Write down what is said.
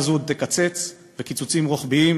חברים,